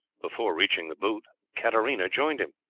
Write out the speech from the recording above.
before reaching the booth katarina joined him.